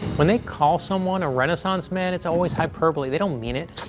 when they call someone a renaissance man, it's always hyperbole. they don't mean it.